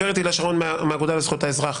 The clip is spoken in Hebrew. הגב' הילה שרון מהאגודה לזכויות האזרח,